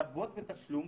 לרבות בתשלום,